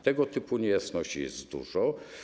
Tego typu niejasności jest dużo.